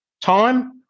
time